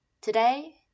today